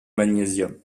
magnésium